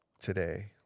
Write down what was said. today